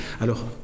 Alors